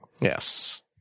Yes